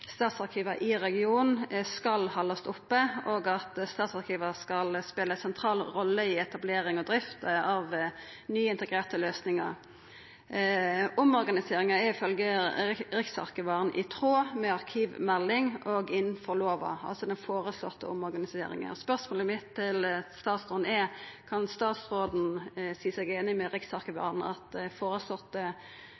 statsarkiva i regionen skal haldast oppe, og at statsarkiva skal spela ei sentral rolle i etablering og drift av nye integrerte løysingar. Den føreslåtte omorganiseringa er ifølgje Riksarkivaren i tråd med arkivmeldinga og innanfor lova. Spørsmålet mitt til statsråden er: Kan statsråden seia seg einig med